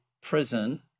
prison